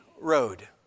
road